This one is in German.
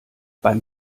beim